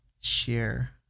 share